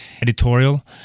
editorial